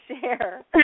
share